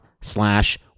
slash